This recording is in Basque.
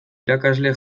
irakasle